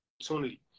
opportunity